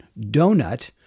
donut